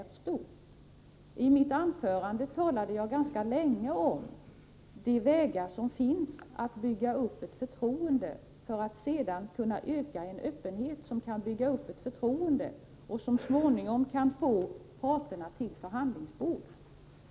I mitt anförande talade jag ganska länge om de vägar som finns att öka öppenheten och bygga upp ett förtroende som så småningom kan få parterna till förhandlingsbordet.